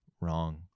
wrong